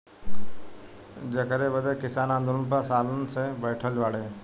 जेकरे बदे किसान आन्दोलन पर सालन से बैठल बाड़े